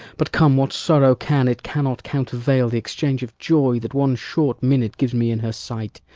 but come what sorrow can, it cannot countervail the exchange of joy that one short minute gives me in her sight